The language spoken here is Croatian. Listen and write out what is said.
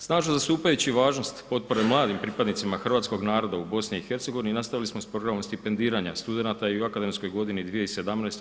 Snažno zastupajući važnost potpore mladim pripadnicima hrvatskog naroda u BiH nastavili smo s programom stipendiranja studenata i u akademskoj godini 2017/